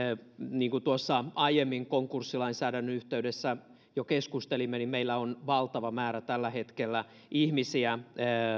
niin kuin tuossa aiemmin konkurssilainsäädännön yhteydessä jo keskustelimme niin meillä on valtava määrä tällä hetkellä ihmisiä